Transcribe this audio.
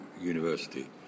university